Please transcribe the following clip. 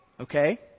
Okay